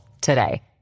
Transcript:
today